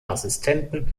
assistenten